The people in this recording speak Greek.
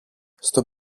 στο